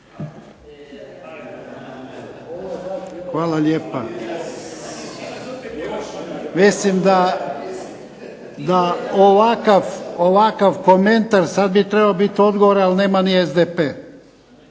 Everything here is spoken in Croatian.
Hvala lijepo. Mislim da ovakav komentar, sada bi trebao biti odgovor, ali nema ni SDP.